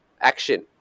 action